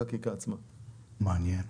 מעניין.